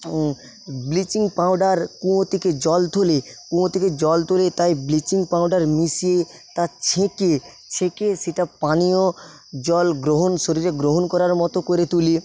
bleaching powder কুঁয়ো থেকে জল তুলে কুঁয়ো থেকে জল তুলে তাই ব্লিচিং পাউডার মিশিয়ে তা ছেঁকে ছেঁকে সেটা পানীয় জল গ্রহণ শরীরে গ্রহণ করার মতো করে তুলি